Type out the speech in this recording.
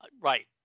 Right